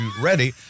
ready